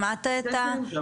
שמעת את הדברים?